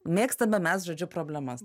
mėgstame mes žodžiu problemas